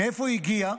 מאיפה היא הגיעה?